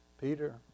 Peter